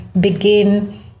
begin